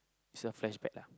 it's a flashback lah